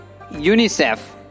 UNICEF